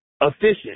Efficient